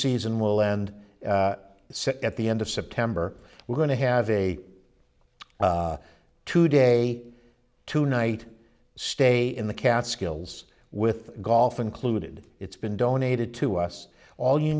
season will and said at the end of september we're going to have a today tonight stay in the catskills with golf included it's been donated to us all you